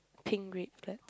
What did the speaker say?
pink red flats